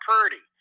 Purdy